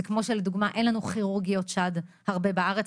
זה כמו שלדוגמא אין לנו כירורגיות שד הרבה בארץ,